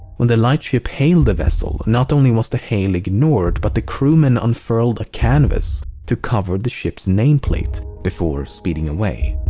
when the lightship hailed the vessel, not only was the hail ignored but the crewmen unfurled a canvas to cover the ship's nameplate before speeding away.